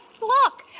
Look